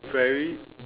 very